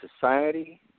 society